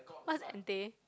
what's ante